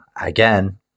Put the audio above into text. again